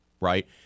Right